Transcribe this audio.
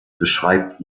beschreibt